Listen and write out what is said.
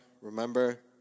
Remember